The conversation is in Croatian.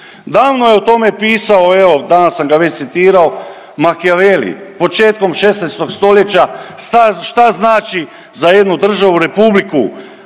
Davno je o tome pisao evo danas sam ga već citirao Machiavelli, početkom 16. stoljeća šta znači za jednu državu republiku